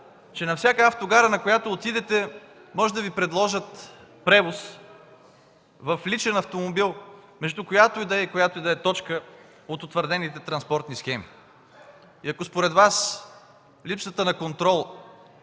че на всяка автогара, на която отидете, може да Ви предложат превоз в личен автомобил, между която и да е и която и да е точка от утвърдените транспортни схеми. Ако според Вас липсата на контрол